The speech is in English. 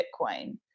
bitcoin